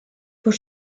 pour